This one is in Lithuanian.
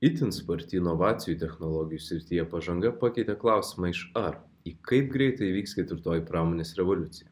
itin sparti inovacijų technologijų srityje pažanga pakeitė klausimą iš ar į kaip greitai įvyks ketvirtoji pramonės revoliucija